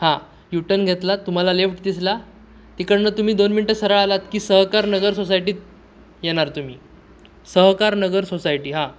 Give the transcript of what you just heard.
हां यूटन घेतलात तुम्हाला लेफ्ट दिसला तिकडनं तुम्ही दोन मिनटं सरळ आलात की सहकार नगर सोसायटीत येणार तुम्ही सहकार नगर सोसायटी हां